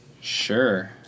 Sure